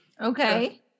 Okay